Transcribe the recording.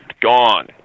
Gone